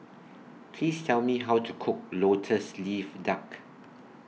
Please Tell Me How to Cook Lotus Leaf Duck